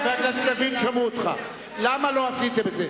חבר הכנסת לוין, שמעו אותך, למה לא עשיתם את זה.